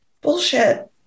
bullshit